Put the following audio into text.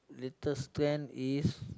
latest trend is